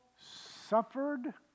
suffered